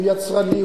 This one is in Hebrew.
הוא יצרני,